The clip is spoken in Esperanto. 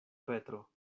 petro